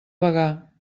bagà